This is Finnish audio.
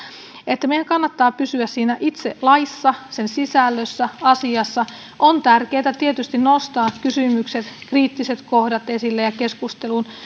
että meidän kannattaa pysyä siinä itse laissa sen sisällössä asiassa on tärkeää tietysti nostaa kysymykset kriittiset kohdat esille ja keskusteluun